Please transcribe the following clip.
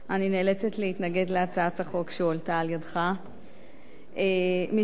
אני נאלצת להתנגד להצעת החוק שהועלתה על-ידך, משום